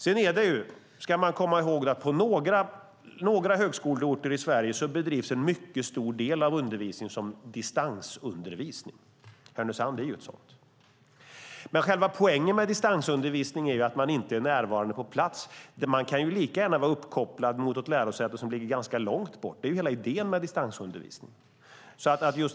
Sedan ska man komma ihåg att en mycket stor del av undervisningen på några högskoleorter i Sverige bedrivs som distansundervisningen. Härnösand är en sådan ort. Men själva poängen med distansundervisningen är ju att man inte är närvarande, inte är på plats. Man kan lika gärna vara uppkopplad mot något lärosäte som ligger ganska långt bort. Det är ju hela idén med distansundervisning.